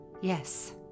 Yes